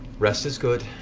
rest is good.